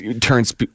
turns